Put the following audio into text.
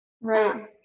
Right